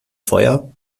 feuer